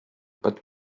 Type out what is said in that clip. but